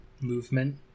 Movement